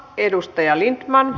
arvoisa puhemies